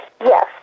Yes